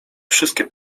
wszystkie